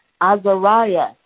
Azariah